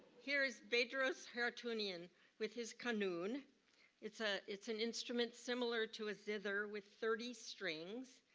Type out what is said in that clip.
here is bedros haroutunian with his qanun. it's ah it's an instrument similar to a zither with thirty strings.